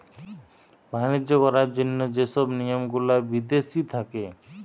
বাণিজ্য করার জন্য যে সব নিয়ম গুলা বিদেশি থাকে